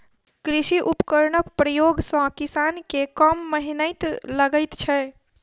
कृषि उपकरणक प्रयोग सॅ किसान के कम मेहनैत लगैत छै